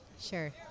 Sure